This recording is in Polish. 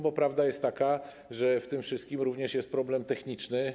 Bo prawda jest taka, że w tym wszystkim również jest problem techniczny.